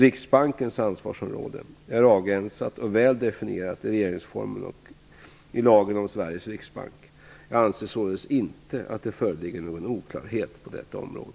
Riksbankens ansvarsområde är avgränsat och väl definierat i regeringsformen och i lagen om Sveriges riksbank. Jag anser således inte att det föreligger någon oklarhet på detta område.